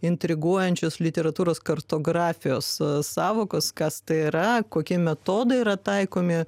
intriguojančios literatūros kartografijos sąvokos kas tai yra kokie metodai yra taikomi